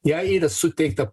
jai yra suteikta